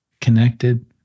connected